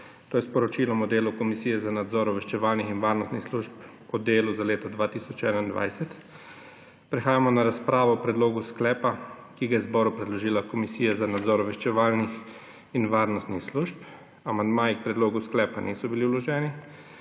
– Poročilo o delu Komisije za nadzor obveščevalnih in varnostnih služb za leto 2021 (javni del) Prehajamo na razpravo o predlogu sklepa, ki ga je Državnemu zboru predložila Komisija za nadzor obveščevalnih in varnostnih služb. Amandmaji k predlogu sklepa niso bili vloženi.